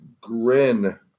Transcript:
grin